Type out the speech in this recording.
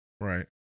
Right